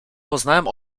poznałem